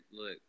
look